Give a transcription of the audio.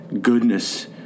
goodness